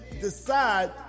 decide